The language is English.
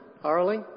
Harley